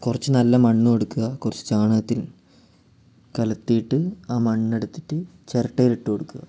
കുറച്ചു നല്ല മണ്ണെടുക്കുക കുറച്ച് ചാണകത്തിൽ കലർത്തിയിട്ട് ആ മണ്ണെടുത്തിട്ട് ചിരട്ടയിലിട്ടുകൊടുക്കുക